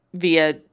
via